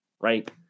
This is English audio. right